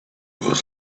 was